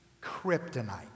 kryptonite